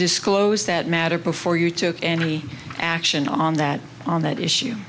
disclose that matter before you took any action on that on that issue